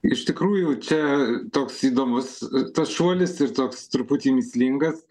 iš tikrųjų čia toks įdomus tas šuolis ir toks truputį mįslingas